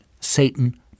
Satan